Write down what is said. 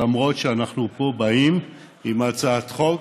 למרות שאנחנו פה באים עם הצעת חוק